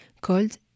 called